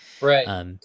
Right